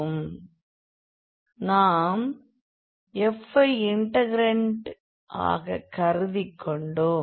ஆனால் நாம் f ஐ இன்டெக்ரன்ட் ஆக கருதிக்கொண்டோம்